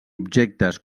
objectes